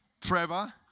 Trevor